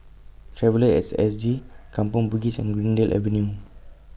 Traveller At S G Kampong Bugis and Greendale Avenue